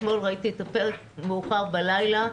אתמול ראיתי את הפרק מאוחר בלילה,